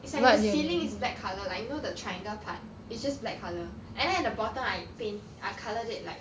it's like the ceiling is black colour like you know the triangle part it's just black colour and then at the bottom I paint I coloured it like